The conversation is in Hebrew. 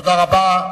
תודה רבה.